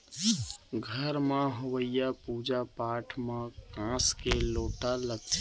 घर म होवइया पूजा पाठ म कांस के लोटा लागथे